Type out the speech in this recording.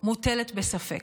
מוטלת בספק.